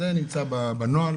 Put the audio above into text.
זה נמצא בנוהל